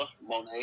monet